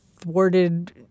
thwarted